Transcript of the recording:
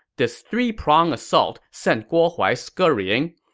this three-prong assault sent guo huai scurrying.